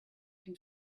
can